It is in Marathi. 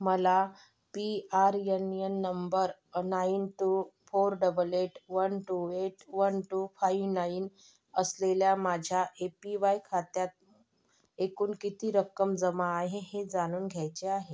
मला P R N N number nine two four double eight one two eight one two five nine असलेल्या माझ्या ए पी वाय खात्यात एकूण किती रक्कम जमा आहे हे जाणून घ्यायचे आहे